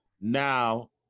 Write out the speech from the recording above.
Now